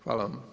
Hvala vam.